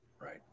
right